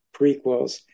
prequels